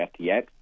FTX